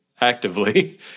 actively